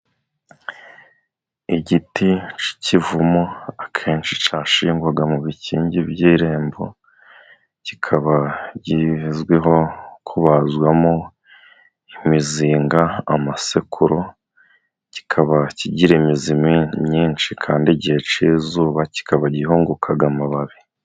Igiti cy'ikivumu akenshi cyashingwaga mu bikingi by'irembo, kikaba kizwiho kubazwamo imizinga, amasekuru, kikaba kigira imizi myinshi kandi igihe cy'izuba kikaba gihunguka amababi.